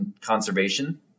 conservation